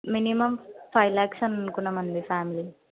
minimum five lakhs అని అనుకున్నాం అండి ఫ్యామిలీ